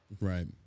right